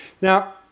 Now